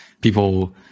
people